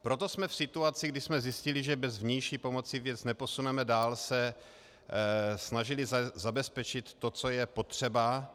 Proto jsme se v situaci, kdy jsme zjistili, že bez vnější pomoci věc neposuneme dál, snažili zabezpečit to, co je potřeba.